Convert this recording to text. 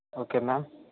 okay ma'am